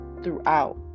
throughout